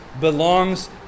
belongs